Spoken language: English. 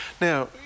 now